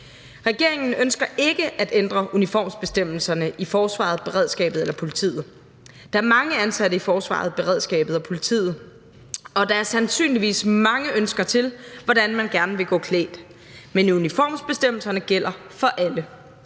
Regeringen ønsker ikke at ændre uniformsbestemmelserne i forsvaret, beredskabet eller politiet. Der er mange ansatte i forsvaret, beredskabet og politiet, og der er sandsynligvis mange ønsker til, hvordan man gerne vil gå klædt. Men uniformsbestemmelserne gælder for alle.